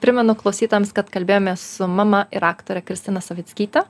primenu klausytojams kad kalbėjomės su mama ir aktore kristina savickyte